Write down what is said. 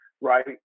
right